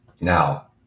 Now